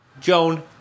Joan